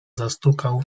zastukał